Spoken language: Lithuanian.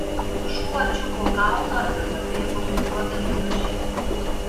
šuo čiupo kaulą ir nubėgo su juo takeliu žemyn